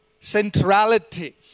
centrality